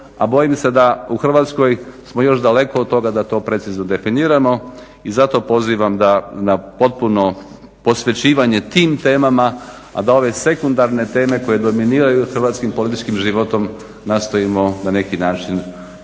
A bojim se da smo u Hrvatskoj još daleko od toga da to precizno definiramo i zato pozivam na potpuno posvećivanje tim temama, a da ove sekundarne teme koje dominiraju hrvatskim političkim životom nastojimo na neki način